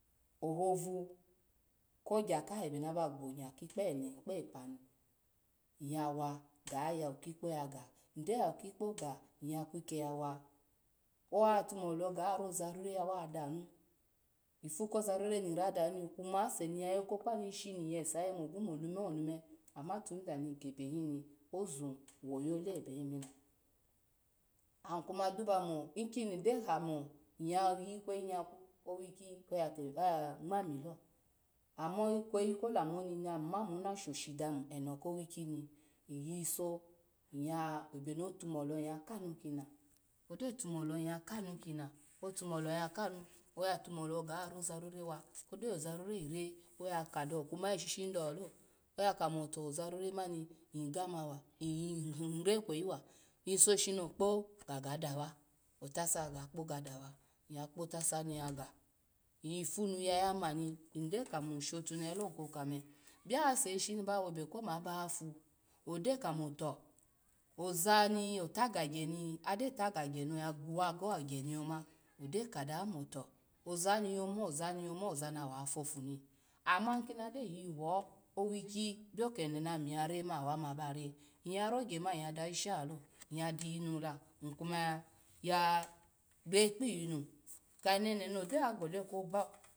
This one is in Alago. Ova ko gya kaha ebe na ba gbonya ki kpo ene kpo epe nnya wa ga yawo ikpo ya ga, nya gyo yawa ikpa ga inya wa oya tumol ga rozarora wa danu ifo ko zorara in rodanu ni kuma aseni ny gyo yase oya yomonume, onume amatuda ni gebenuni ozowoyole ebebe ami kuma dubamu kini gyo muyayi kweyi nyaku owiki oyatu oya nwmilo ama kweyi kolamu oni ami mamo na shoshi dami eno kowikini in yiso ya ebe no tumoloho inya kanu kina, ngyo tamu loho mya kanu kina, ogyo tumoloho nyya kanu kina, oya tomoloho garozara wa okiya shishini dawole oyaka dawu ozarora mani ny ra kweyi wa yiso sho kpo taso gadawa, oya kpotasani yaga in gyo mu shotunehe lo ny kokame bio awase shishini ni bawebe koyafu ogyo kamuto kadawa mu zano tagagyani atagagya agyo tagagyan oya gbowogo agyani atagagyani yome oza ni ya, ozani yoma, ozani yoma, ozani oya pwo fu ni yoma ama kini a gyo yiyi kwo biokedeni ami yara ma eno wiki a bara dede, inya rogya ma nyadashiolo nyara dinula in kinya lalo akuma yara kwinu koni reno no gyo ya gole kabaho